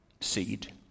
Seed